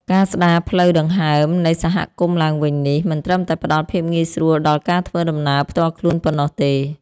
ការស្ដារផ្លូវដង្ហើមនៃសហគមន៍ឡើងវិញនេះ មិនត្រឹមតែផ្ដល់ភាពងាយស្រួលដល់ការធ្វើដំណើរផ្ទាល់ខ្លួនប៉ុណ្ណោះទេ។